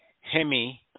Hemi